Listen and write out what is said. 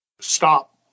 Stop